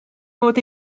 mod